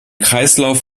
kreislauf